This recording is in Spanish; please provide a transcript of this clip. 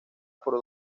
por